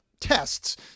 tests